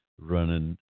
running